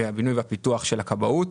והבינוי והפיתוח של הכבאות.